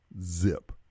Zip